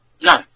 No